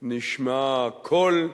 נשמע קול,